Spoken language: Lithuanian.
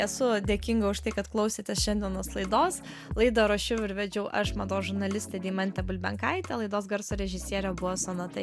esu dėkinga už tai kad klausėte šiandienos laidos laidą rašiau ir vedžiau aš mados žurnalistė deimantė bulbenkaitė laidos garso režisierė buvo sonata